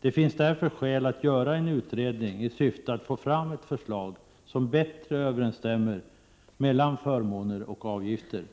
Det finns därför skäl att göra en utredning i syfte att få fram ett förslag där förmåner och avgifter överensstämmer bättre.